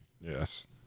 Yes